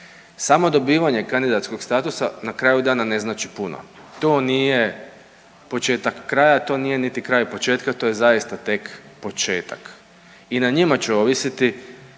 samo dobivanje kandidatskog statusa na kraju dana ne znači puno. To nije početak kraja, to nije niti kraj početka to je zaista tek početak i na njima će ovisiti